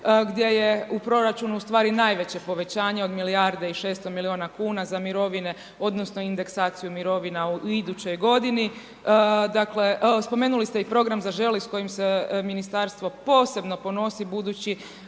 gdje je u proračunu ustavi najveće povećanje od milijarde i 600 milijuna kuna za mirovine, odnosno indeksaciju mirovina u idućoj godini. Spomenuli ste i program „Zaželi“ s kojim se ministarstvo posebno ponosi budući